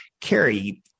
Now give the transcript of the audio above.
Carrie